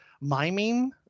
miming